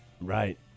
Right